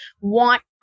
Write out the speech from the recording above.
want